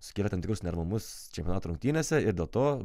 sukėlę tam tikrus neramumus čempionato rungtynėse ir dėl to